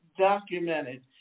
documented